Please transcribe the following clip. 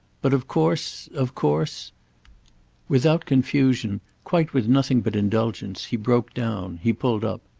but of course of course without confusion, quite with nothing but indulgence, he broke down, he pulled up.